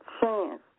chance